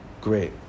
Great